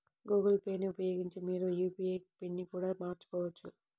Google Pay ని ఉపయోగించి మీరు మీ యూ.పీ.ఐ పిన్ని కూడా మార్చుకోవచ్చు